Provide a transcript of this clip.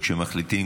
וכשמחליטים,